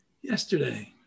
yesterday